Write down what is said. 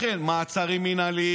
לכן מעצרים מינהליים,